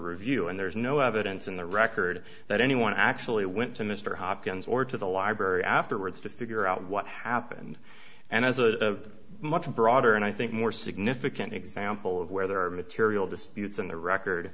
review and there's no evidence in the record that anyone actually went to mr hopkins or to the library afterwards to figure out what happened and as a much broader and i think more significant example of where there are material disputes on the record